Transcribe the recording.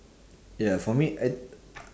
ya for me I